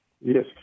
Yes